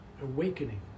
awakening